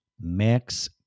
Max